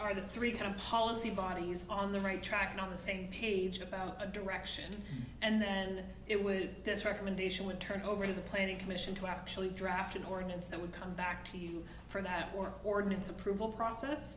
are the three kind of policy bodies on the right track not the same page about a direction and then it would this recommendation would turn over to the planning commission to actually draft an ordinance that would come back to you for that or ordinance approval process